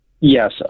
Yes